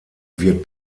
wird